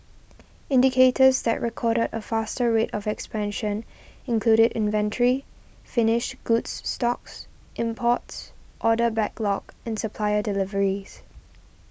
indicators that recorded a faster rate of expansion included inventory finished goods stocks imports order backlog and supplier deliveries